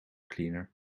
cleaner